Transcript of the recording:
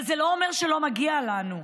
אבל זה לא אומר שלא מגיע לנו,